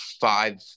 five